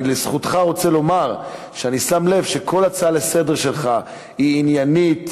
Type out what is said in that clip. אני לזכותך רוצה לומר שאני שם לב שכל הצעה לסדר שלך היא עניינית,